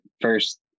first